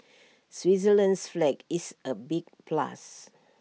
Switzerland's flag is A big plus